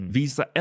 visa